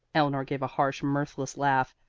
eleanor gave a harsh, mirthless laugh.